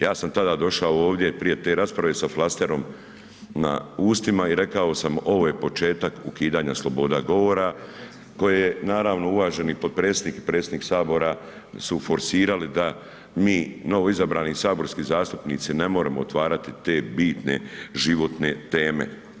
Ja sam tada došao ovdje prije te rasprave sa flasterom na ustima i rekao sam ovo je početak ukidanja sloboda govora koje naravno uvaženi potpredsjednik i predsjednik HS su forsirali da mi novoizabrani saborski zastupnici ne moremo otvarati te bitne, životne teme.